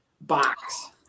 box